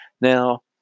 Now